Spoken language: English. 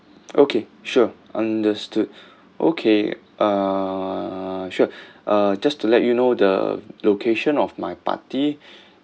okay sure understood okay uh sure uh just to let you know the location of my party